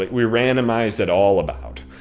like we randomized it all about.